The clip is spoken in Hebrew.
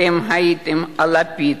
אתם הייתם הלפיד,